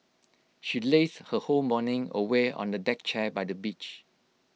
she lazed her whole morning away on A deck chair by the beach